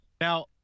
Now—